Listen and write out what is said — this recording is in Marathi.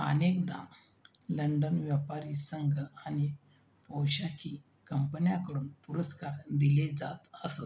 अनेकदा लंडन व्यापारी संघ आणि पोशाखी कंपन्याकडून पुरस्कार दिले जात असत